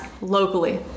locally